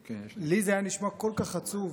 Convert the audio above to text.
לי זה היה נשמע כל כך עצוב.